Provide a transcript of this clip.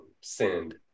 Send